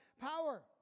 power